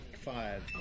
five